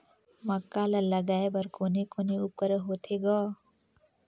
मक्का ला लगाय बर कोने कोने उपकरण होथे ग?